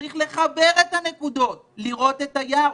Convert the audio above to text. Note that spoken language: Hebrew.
צריך לחבר את הנקודות, לראות את היער.